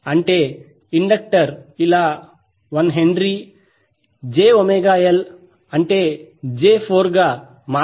అంటే ఇండక్టర్ ఇలా 1H⇒jωLj4 గా మార్చబడుతుంది